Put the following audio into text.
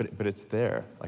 but it's there. like